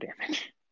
damage